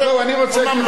לא, אני רוצה,